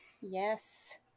yes